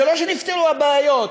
זה לא שנפתרו הבעיות.